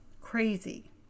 crazy